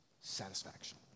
satisfaction